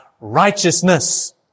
righteousness